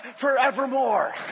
forevermore